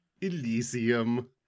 Elysium